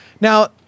Now